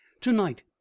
tonight